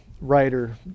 writer